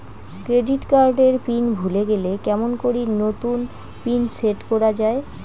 Credit card এর PIN ভুলে গেলে কেমন করি নতুন পিন সেট করা য়ায়?